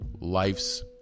life's